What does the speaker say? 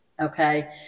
Okay